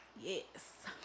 Yes